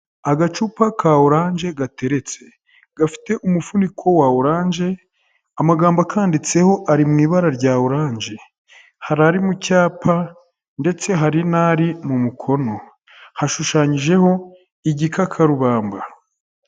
Agacupa ka oranje gateretse gafite umufuniko wa oranje, amagambo akanditseho ari mu ibara rya oranje, hari ari mu cyapa ndetse hari n'ari mu mukono, hashushanyijeho igikakarubamba.